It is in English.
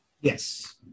Yes